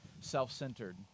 self-centered